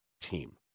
team